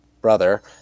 brother